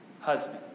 husband